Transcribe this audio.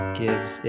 gives